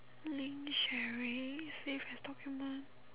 link sharing save your document